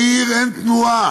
בעיר אין תנועה,